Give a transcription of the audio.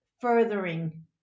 furthering